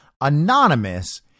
anonymous